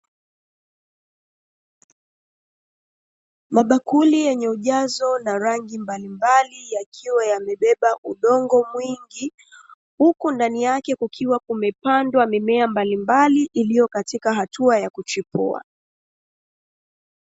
Mabakuli yenye ujazo na rangi mbalimbali, yakiwa yamebeba udongo mwingi, huku ndani yake kukiwa kumepandwa mimea mbalimbali iliyo katika hatua ya kuchipua,